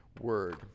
Word